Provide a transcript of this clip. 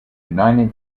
united